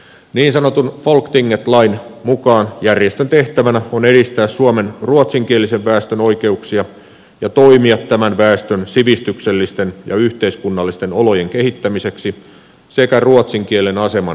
niin sanotun folktinget lain mukaan järjestön tehtävänä on edistää suomen ruotsinkielisen väestön oikeuksia ja toimia tämän väestön sivistyksellisten ja yhteiskunnallisten olojen kehittämiseksi sekä ruotsin kielen aseman edistämiseksi